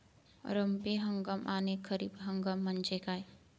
रब्बी हंगाम आणि खरीप हंगाम म्हणजे काय?